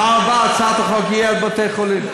בפעם הבאה הצעת החוק תהיה על בתי-חולים.